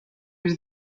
its